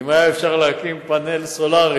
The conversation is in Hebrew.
אם אפשר היה להקים פאנל סולרי